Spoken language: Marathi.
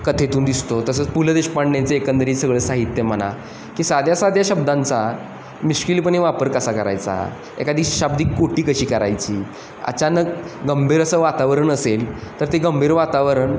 कथेतून दिसतो तसंच पु ल देशपांडेंचे एकंदरीत सगळे साहित्य म्हणा की साध्या साध्या शब्दांचा मिश्किलपणे वापर कसा करायचा एखादी शाब्दिक कोटी कशी करायची अचानक गंभीर असं वातावरण असेल तर ते गंभीर वातावरण